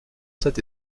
cette